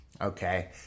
Okay